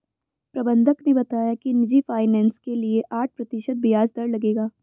प्रबंधक ने बताया कि निजी फ़ाइनेंस के लिए आठ प्रतिशत ब्याज दर लगेगा